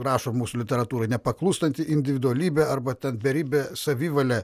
rašo mūsų literatūroj nepaklūstanti individualybė arba ten beribė savivalė